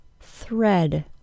Thread